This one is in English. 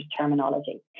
terminology